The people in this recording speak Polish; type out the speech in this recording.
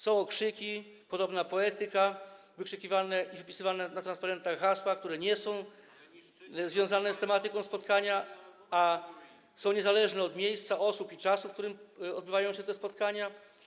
Są okrzyki, podobna poetyka, wykrzykiwane i wypisywane na transparentach hasła, które nie są związane z tematyką spotkania, a są niezależne od miejsca, osób i czasu, w jakim odbywają się te spotkania.